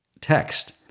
text